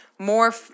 more